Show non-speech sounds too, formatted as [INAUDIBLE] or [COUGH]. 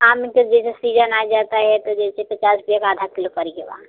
आम का जैसे सीजन आ जाता है तो जैसे पचास रुपये का आधा किलो [UNINTELLIGIBLE]